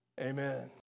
amen